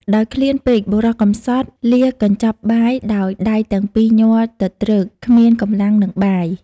ដោយឃ្លានពេក បុរសកំសត់លាកខ្ចប់បាយដោយ ដៃទាំងពីរញ័រទទ្រើកគ្មានកម្លាំងនិងបាយ ។